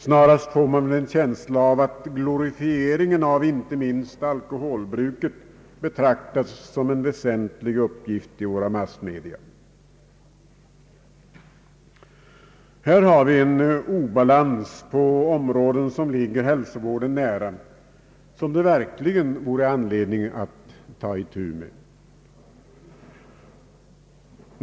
Snarast får man väl en känsla av att glorifieringen av icke minst alkoholmissbruket betraktas som en väsentlig uppgift av våra massmedia. Här har vi en obalans på områden som ligger hälsovården nära, en sak som det verkligen vore anledning att ta itu med.